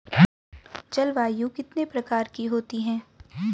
जलवायु कितने प्रकार की होती हैं?